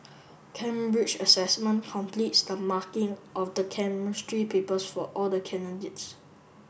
Cambridge Assessment completes the marking of the Chemistry papers for all the candidates